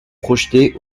projetées